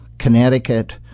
Connecticut